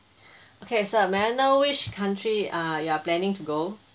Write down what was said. okay so may I know which country err you are planning to go